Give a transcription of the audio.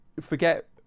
forget